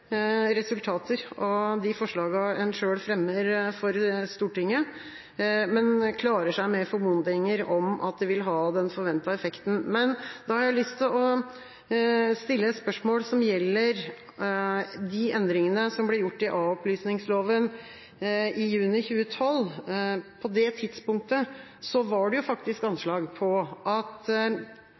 resultater av de forslagene en selv fremmer for Stortinget, men klarer seg med formodninger om at det vil ha den forventede effekten. Da har jeg lyst til å stille et spørsmål som gjelder endringene som ble gjort i a-opplysningsloven i juni 2012. På det tidspunktet var det faktisk anslag på at